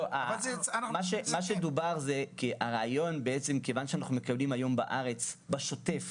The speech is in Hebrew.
לא, כיוון שהיום בארץ אנחנו מקבלים באופן שוטף